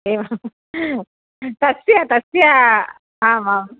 एवं तस्य तस्य आम् आम्